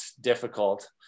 difficult